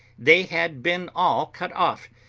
they had been all cut off,